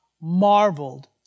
marveled